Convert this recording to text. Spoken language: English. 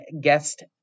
guest